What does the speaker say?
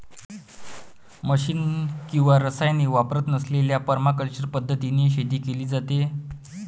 machine किंवा रसायने वापरत नसलेल्या परमाकल्चर पद्धतीने शेती केली जाते